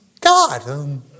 God